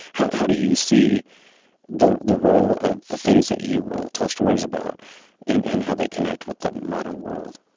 how how do you see the the role of the things that you will tell stories about and and how they connect with the modern world?